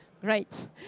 Great